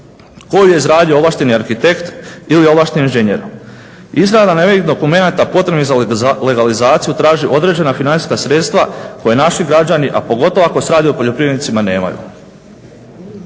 koju je izradio ovlašteni arhitekt ili ovlašteni inženjer. Izrada ovih dokumenata potrebnih za legalizaciju traži određena financijska sredstva koja naši građani, a pogotovo ako se radi o poljoprivrednici nemaju.